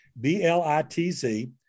B-L-I-T-Z